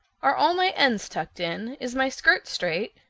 are all my ends tucked in? is my skirt straight?